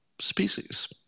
species